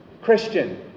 Christian